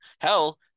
Hell